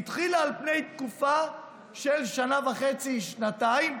היא התחילה לתקופה של שנה וחצי-שנתיים,